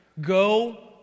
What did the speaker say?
go